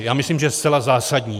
Já myslím, že je zcela zásadní.